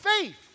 faith